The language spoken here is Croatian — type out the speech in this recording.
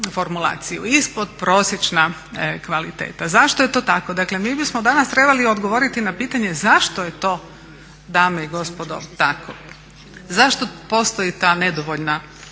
ispodprosječna kvaliteta. Zašto je to tako? Dakle, mi bismo danas trebali odgovoriti na pitanje zašto je dame i gospodo tako? Zašto postoji ta nedovoljna